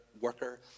worker